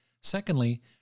Secondly